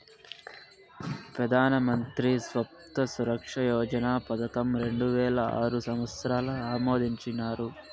పెదానమంత్రి స్వాస్త్య సురక్ష యోజన పదకం రెండువేల ఆరు సంవత్సరంల ఆమోదించినారు